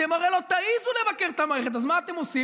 אתם הרי לא תעזו לבקר את המערכת, אז מה אתם עושים?